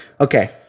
Okay